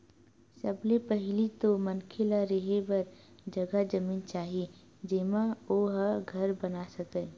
सबले पहिली तो मनखे ल रेहे बर जघा जमीन चाही जेमा ओ ह घर बना सकय